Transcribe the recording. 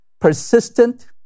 persistent